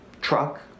truck